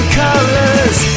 colors